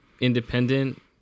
independent